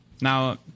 Now